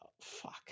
Fuck